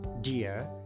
dear